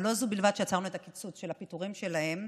אבל לא זו בלבד שעצרנו את הקיצוץ והפיטורין שלהם,